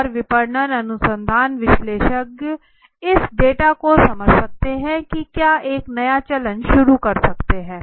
और विपणन अनुसंधान विश्लेषक इस डेटा से समझ सकते हैं कि क्या एक नया चलन शुरू कर सकते हैं